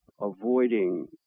avoiding